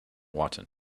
wotton